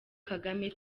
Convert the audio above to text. kagame